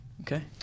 Okay